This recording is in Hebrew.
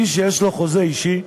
מי שיש לו חוזה אישי,